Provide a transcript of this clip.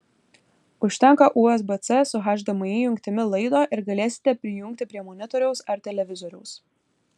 užtenka usb c su hdmi jungtimi laido ir galėsite prijungti prie monitoriaus ar televizoriaus